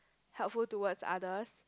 helpful towards others